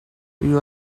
you